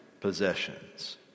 possessions